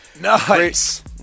Nice